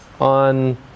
on